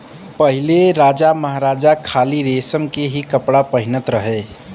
पहिले राजामहाराजा खाली रेशम के ही कपड़ा पहिनत रहे